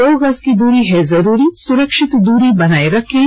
दो गज की दूरी है जरूरी सुरक्षित दूरी बनाए रखें